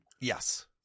yes